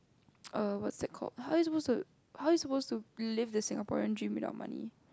err what's that called how are you supposed to how are you supposed to live the Singaporean dream without money